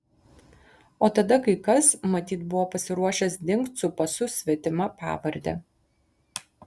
o tada kai kas matyt buvo pasiruošęs dingt su pasu svetima pavarde